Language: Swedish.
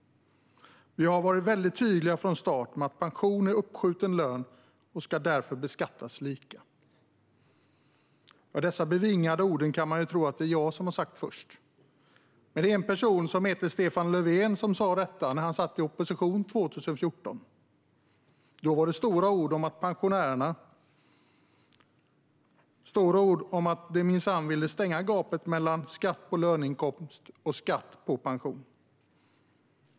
Vi har varit väldigt tydliga från start med att pension är uppskjuten lön och därför ska beskattas lika. Man skulle kunna tro att det är jag som först uttalar dessa bevingade ord. Men det var en person som heter Stefan Löfven som sa detta när han satt i opposition 2014. Då var det stora ord om pensionärerna och stora ord om att man minsann ville stänga gapet mellan skatt på löneinkomst och skatt på pension.